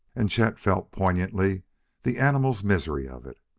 and chet felt poignantly the animal misery of it.